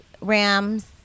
Rams